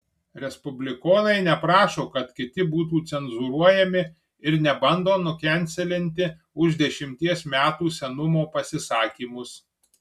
respublikonai neprašo kad kiti būtų cenzūruojami ir nebando nukenselinti už dešimties metų senumo pasisakymus